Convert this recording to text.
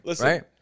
right